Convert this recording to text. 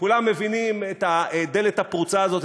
כולם מבינים את הדלת הפרוצה הזאת,